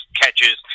catches